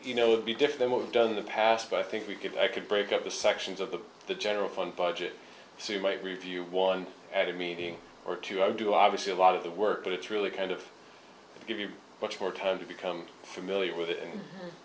you know be different what we've done in the past but i think we could i could break up the sections of the general fund budget so you might review one at a meeting or two i do obviously a lot of the work but it's really kind of give you much more time to become familiar with it and